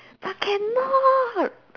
but cannot